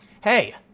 hey